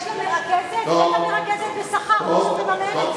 יש לה מרכזת, אין לה מרכזת בשכר, למה שתממן את